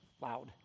loud